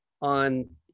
on